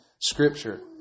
Scripture